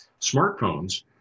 smartphones